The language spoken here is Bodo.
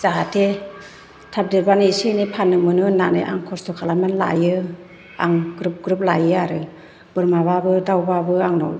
जाहाथे थाब देरबानो एबे एनै फाननो मोनो होननानै आं खस्थ' खालामनानै लायो आं ग्रोब ग्रोब लायो आरो बोरमाबाबो दाउबाबो आंनाव